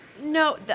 No